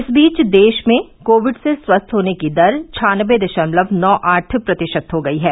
इस बीच देश में कोविड से स्वस्थ होने की दर छान्नबे दशमलव नौ आठ प्रतिशत हो गई है